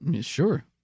Sure